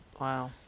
Wow